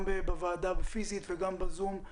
גם בוועדה פיזית וגם בזום,